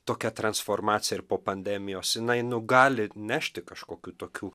tokia transformacija ir po pandemijos jinai nu gali nešti kažkokių tokių